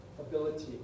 ability